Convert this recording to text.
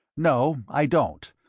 no, i don't.